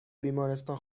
بیمارستان